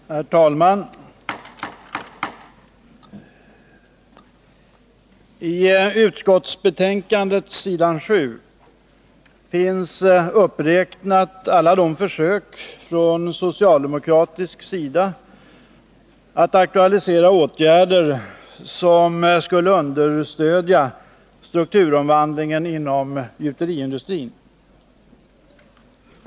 Herr talman! På s. 7i utskottsbetänkandet finns uppräknade alla de försök från socialdemokratisk sida att aktualisera åtgärder som skulle underlätta strukturomvandlingen inom gjuteriindustrin.